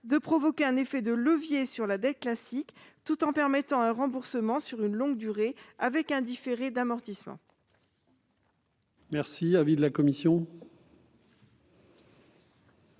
de provoquer un effet de levier sur la dette classique, tout en permettant un remboursement sur une longue durée, avec un différé d'amortissement.